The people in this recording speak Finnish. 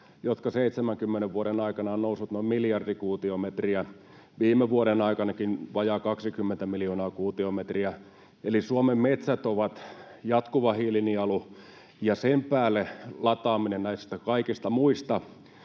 jotka 70 vuoden aikana ovat nousseet noin miljardi kuutiometriä, viime vuoden aikanakin vajaa 20 miljoonaa kuutiometriä. Eli Suomen metsät ovat jatkuva hiilinielu, ja sen päälle lataaminen näistä kaikista muista